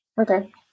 Okay